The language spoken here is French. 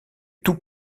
tout